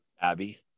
Abby